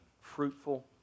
fruitful